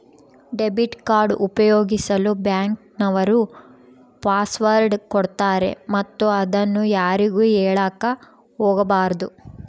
debit card ಉಪಯೋಗಿಸಲು bank ನವರು password ಕೊಡ್ತಾರೆ ಮತ್ತು ಅದನ್ನು ಯಾರಿಗೂ ಹೇಳಕ ಒಗಬಾರದು